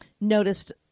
noticed